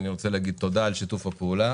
אני רוצה להגיד תודה על שיתוף הפעולה